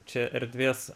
čia erdvės